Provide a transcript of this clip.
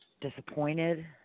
disappointed